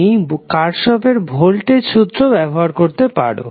তুমি কার্শফের ভোল্টেজ সূত্র ব্যবহার করতে পারো